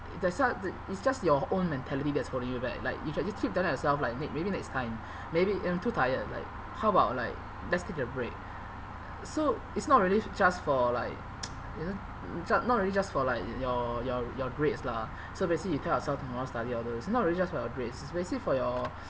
that's why it's just your own mentality that's holding you back like you can just keep telling yourself like may maybe next time maybe I'm too tired like how about like let's take a break so it's not really just for like you know just not really just for like your your your grades lah so basically you tell yourself tomorrow study all those it's not really just for your grades it's basically for your